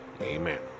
Amen